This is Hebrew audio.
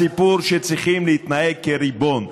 הסיפור הוא שצריכים להתנהג כריבון.